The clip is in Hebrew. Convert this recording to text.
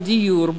בדיור,